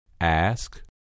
Ask